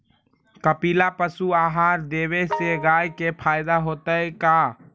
कपिला पशु आहार देवे से गाय के फायदा होतै का?